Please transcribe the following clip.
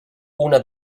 una